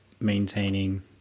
maintaining